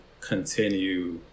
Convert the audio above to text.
continue